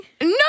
No